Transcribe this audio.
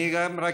פשוט